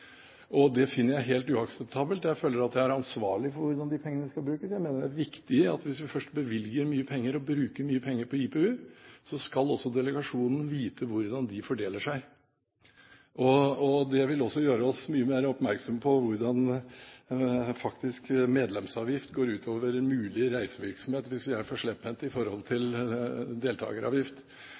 Det finner jeg helt uakseptabelt. Jeg føler at jeg er ansvarlig for hvordan disse pengene skal brukes. Jeg mener at det er viktig at hvis vi først bevilger mye penger og bruker mye penger på IPU, skal også delegasjonen vite hvordan de fordeles. Det vil også gjøre oss mye mer oppmerksom på hvordan faktisk medlemsavgift går ut over mulig reisevirksomhet, hvis vi er for slepphendte i forhold til deltakeravgift.